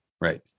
Right